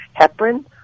heparin